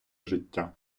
життя